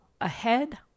Ahead